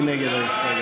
מי נגד ההסתייגות?